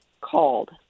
called